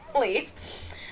leave